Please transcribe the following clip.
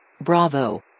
Bravo